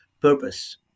purpose